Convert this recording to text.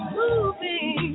moving